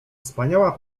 wspaniała